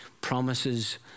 promises